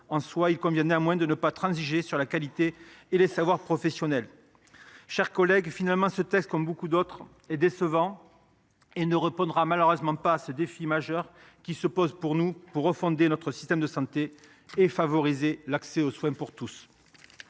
en soi, il convient de ne pas transiger sur la qualité et les savoirs professionnels. Finalement, ce texte, comme beaucoup d’autres, est décevant et ne répondra malheureusement pas au défi majeur qui se pose à nous pour refonder notre système de santé et favoriser l’accès aux soins pour tous.